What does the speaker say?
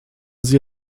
sie